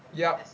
yup